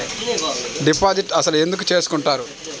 Deposit అసలు ఎందుకు చేసుకుంటారు?